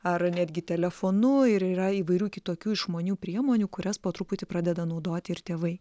ar netgi telefonu ir yra įvairių kitokių išmanių priemonių kurias po truputį pradeda naudoti ir tėvai